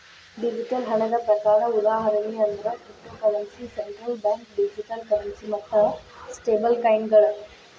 digital ಹಣದ ಪ್ರಕಾರ ಉದಾಹರಣಿ ಅಂದ್ರ cryptocurrency, central bank digital currency ಮತ್ತ ಸ್ಟೇಬಲ್ಕಾಯಿನ್ಗಳ